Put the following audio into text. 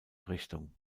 richtung